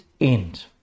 end